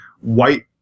White